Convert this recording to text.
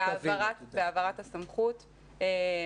בהעברת הסמכות -- החיים מורכבים.